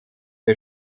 der